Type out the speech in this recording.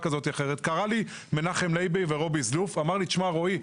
קרא לי מנחם לייבה ורובי זלוף ואמרו לי: תשמע רועי,